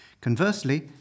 Conversely